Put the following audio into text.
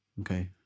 okay